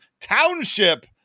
township